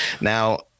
Now